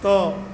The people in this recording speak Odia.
ତ